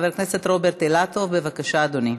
חבר הכנסת רוברט אילטוב, בבקשה, אדוני.